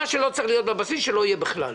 מה שלא צריך להיות בבסיס שלא יהיה בכלל.